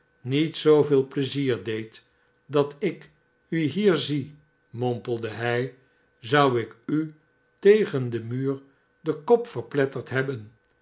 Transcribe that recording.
niet zooveel pleizier deed dat ik u hier zie momi elde hij zou ik u tegen den muur den kop verpletterd hebben